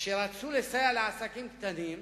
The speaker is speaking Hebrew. כשרצו לסייע לעסקים קטנים,